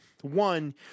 one